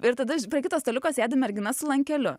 ir tada ž prie kito staliuko sėdi mergina su lankeliu